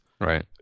Right